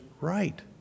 right